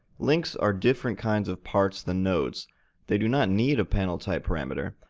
links are different kinds of parts than nodes they do not need a panel type parameter,